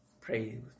Pray